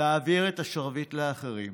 ותעביר את השרביט לאחרים.